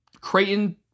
Creighton